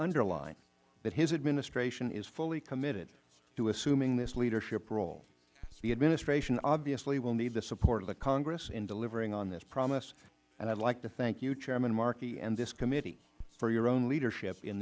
underline that his administration is fully committed to assuming this leadership role the administration obviously will need the support of the congress in delivering on this promise and i would like to thank you chairman markey and this committee for your own leadership in